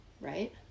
right